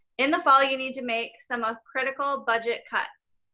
in the fall you need to make some ah critical budget cuts.